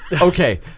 Okay